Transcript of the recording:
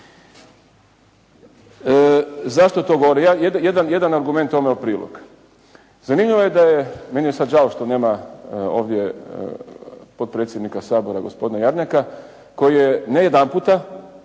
Zašto to govorim? Jedan argument tome u prilog. Zanimljivo je da je, meni je sad žao što nema ovdje potpredsjednika Sabora gospodina Jarnjaka koji je ne jedanputa